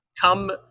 come